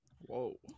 Whoa